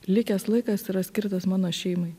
likęs laikas yra skirtas mano šeimai